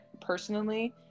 personally